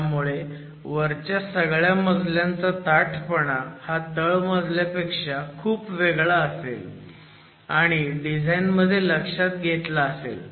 त्यामुळे वरच्या सगळ्या मजल्यांचा ताठपणा हा तळमजल्यापेक्षा खूप वेगळा असेल आणि डिझाईन मध्ये लक्षात घेतला असेल